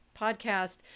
podcast